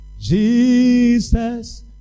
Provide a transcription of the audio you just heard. Jesus